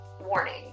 warning